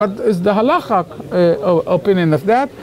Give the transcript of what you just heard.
זאת אופניה של הלאכה.